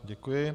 Děkuji.